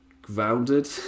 grounded